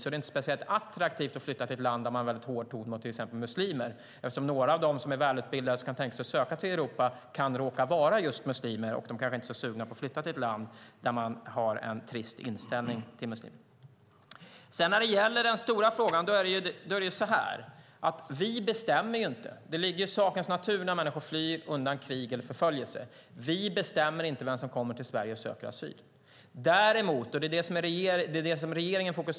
Det är inte speciellt attraktivt att flytta till ett land där man har en hård ton mot till exempel muslimer, eftersom några av dem som är välutbildade och kan tänka sig att söka sig till Europa kan råka vara just muslimer. De kanske inte är så sugna på att flytta till ett land där man har en trist inställning till muslimer. Vad gäller den stora frågan är det så här: När människor flyr undan krig eller förföljelse ligger det i sakens natur att vi inte bestämmer vem som ska komma till Sverige och söka asyl.